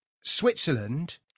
switzerland